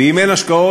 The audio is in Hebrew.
ואם אין השקעות,